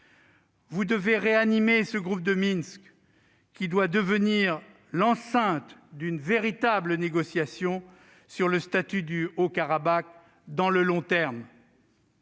Vous devez réanimer le groupe de Minsk, qui doit devenir l'enceinte d'une véritable négociation sur le statut du Haut-Karabagh à long terme.